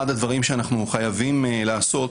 אחד הדברים שאנחנו חייבים לעשות,